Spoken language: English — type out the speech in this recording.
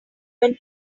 when